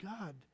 God